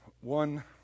One